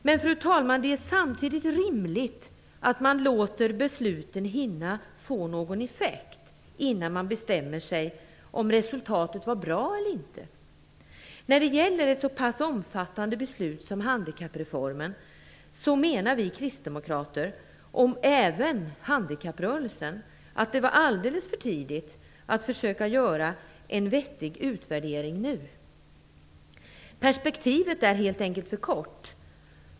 Men, fru talman, det är samtidigt rimligt att man låter besluten hinna få någon effekt innan man bestämmer sig för om resultatet var bra eller inte. När det gäller ett så pass omfattande beslut som handikappreformen menar vi kristdemokrater, och även handikapprörelsen, att det var alldeles för tidigt att försöka göra en vettig utvärdering nu. Perspektivet är helt enkelt för kort.